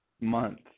month